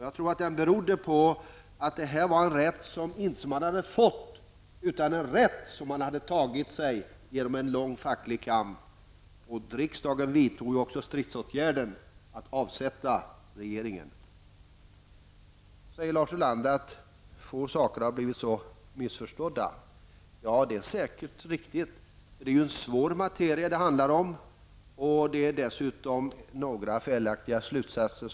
Jag tror att det berodde på att detta var en rätt som man inte hade fått, utan en rätt som man hade tagit sig genom en lång facklig kamp. Riksdagen vidtog också stridsåtgärden att avsätta regeringen. Lars Ulander säger att få saker har blivit så missförstådda. Det är säkert riktigt. Det handlar om en svår materia, och dessutom har det dragits några felaktiga slutsatser.